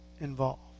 involved